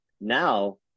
Now